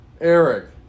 Eric